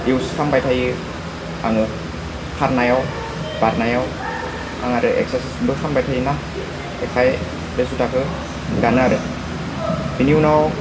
इउस खालामबाय थायो आङो खारनायाव बारनायाव आं आरो एक्सारसाइसबो खालामबाय थायोना बेनिखायनो बे जुटाखो गानो आरो बेनि उनाव